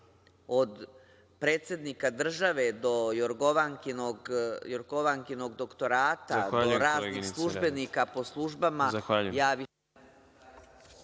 od predsednika države do Jorgovankinog doktorata, do raznih službenika po službama…